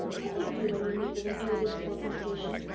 what do you do when you meet with an irresistible temptation?